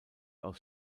aus